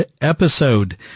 episode